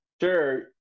Sure